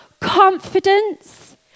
confidence